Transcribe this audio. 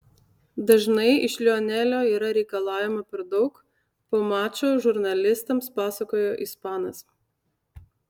dažnai iš lionelio yra reikalaujama per daug po mačo žurnalistams pasakojo ispanas